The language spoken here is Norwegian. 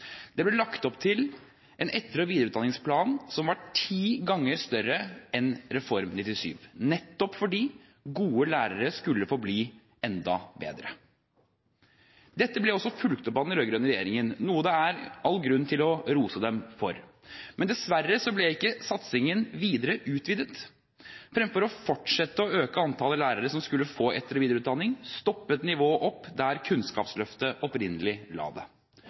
Det ble lagt opp til en etter- og videreutdanningsplan som var ti ganger større enn i Reform 97, nettopp fordi gode lærere skulle få bli enda bedre. Dette ble også fulgt opp av den rød-grønne regjeringen, noe det er all grunn til å rose dem for. Men dessverre ble ikke satsingen videre utvidet. Fremfor å fortsette å øke antallet lærere som skulle få etter- og videreutdanning, stoppet nivået opp der Kunnskapsløftet opprinnelig la det.